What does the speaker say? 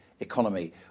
Economy